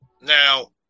Now